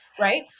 Right